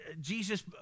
Jesus